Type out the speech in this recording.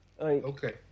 Okay